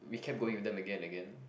we kept going with them again and again